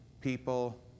people